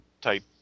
type